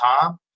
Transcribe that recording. time